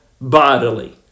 bodily